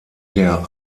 der